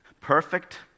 perfect